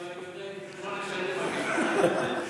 אם הייתי יודע את זה לפני שמונה שנים, התקיים,